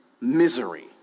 misery